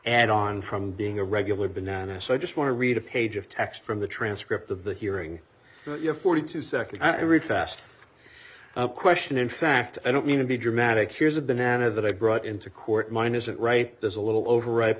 add on from being a regular banana so i just want to read a page of text from the transcript of the hearing your forty two seconds i read fast question in fact i don't mean to be dramatic here's a banana that i brought into court mine isn't right there's a little overripe